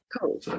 Cool